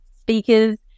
speakers